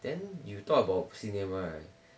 then you talk about cinema ah